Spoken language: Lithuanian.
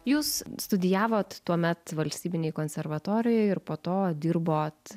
jūs studijavot tuomet valstybinėj konservatorijoj ir po to dirbot